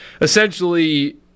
Essentially